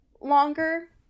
longer